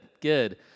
good